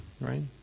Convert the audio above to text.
right